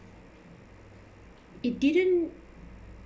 it didn't